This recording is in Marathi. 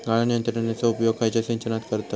गाळण यंत्रनेचो उपयोग खयच्या सिंचनात करतत?